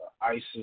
ISIS